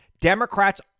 Democrats